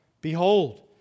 Behold